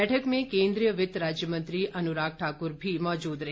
बैठक में केन्द्रीय वित्त राज्य मंत्री अनुराग ठाकुर भी मौजूद रहे